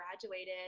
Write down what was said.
graduated